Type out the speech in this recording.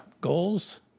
goals